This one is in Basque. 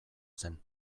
zen